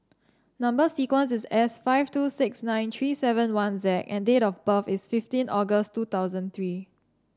number sequence is S five two six nine three seven one Z and date of birth is fifteen August two thousand three